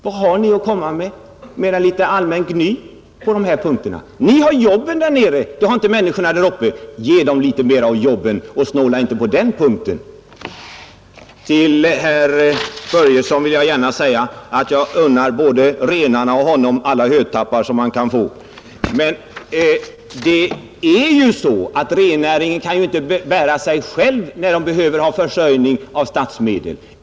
Vad har ni att komma med mer än litet allmänt gny på dessa punkter? Ni har jobben där nere. Det har inte människorna där uppe. Ge dem litet mera av jobben och snåla inte på den punkten. Till herr Börjesson i Glömminge vill jag gärna säga att jag unnar både renarna och honom alla hötappar de kan få. Men rennäringen kan ju inte bära sig själv, när den behöver ha bidrag av statsmedel.